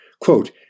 Quote